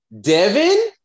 Devin